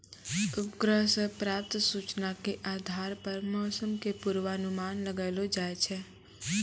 उपग्रह सॅ प्राप्त सूचना के आधार पर मौसम के पूर्वानुमान लगैलो जाय छै